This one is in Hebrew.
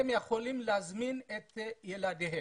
הם יכולים להזמין את ילדיהם.